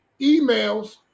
emails